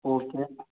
okay